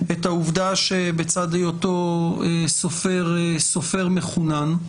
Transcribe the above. את העובדה שבצד היותו סופר מחונן,